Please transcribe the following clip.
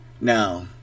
Now